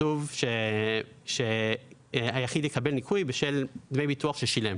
כתוב שהיחיד יקבל ניכוי בשל דמי ביטוח ששילם.